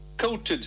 coated